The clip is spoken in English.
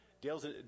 Dale's